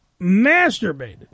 masturbated